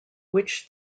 which